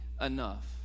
enough